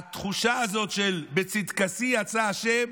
התחושה הזאת של בצדקתי עשה השם,